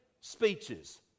speeches